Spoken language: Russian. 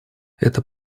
это